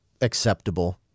acceptable